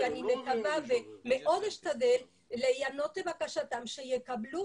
ואני מקווה שהם יקבלו ומאוד אשתדל להיענות לבקשתם שיקבלו